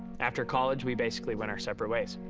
after college, we basically went our separate ways.